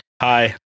Hi